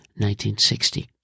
1960